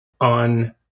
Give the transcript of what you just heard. on